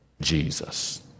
Jesus